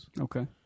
Okay